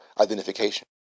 identification